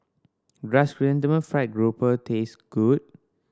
does Chrysanthemum Fried Grouper taste good